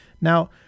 Now